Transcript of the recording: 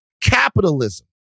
capitalism